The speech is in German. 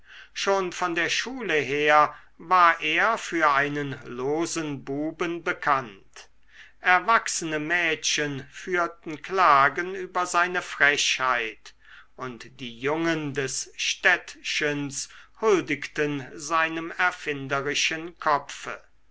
schon von der schule her war er für einen losen buben bekannt erwachsene mädchen führten klagen über seine frechheit und die jungen des städtchens huldigten seinem erfinderischen kopfe